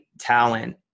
talent